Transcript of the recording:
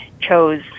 chose